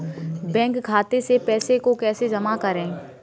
Bank खाते से पैसे को कैसे जमा करें?